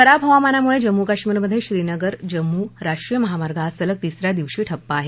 खराब हवामानामुळे जम्मू कश्मीरमधे श्रीनगर जम्मू राष्ट्रीय महामार्ग आज सलग तिस या दिवशी ठप्प आहे